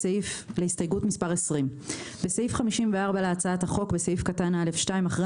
הסתייגות 20. בסעיף 54 להצעת החוק בסעיף קטן (א2) אחרי